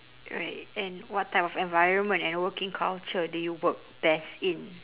right and what type of environment and working culture do you work best in